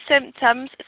symptoms